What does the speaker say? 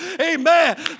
Amen